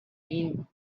been